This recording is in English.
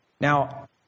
Now